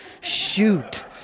shoot